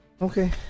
Okay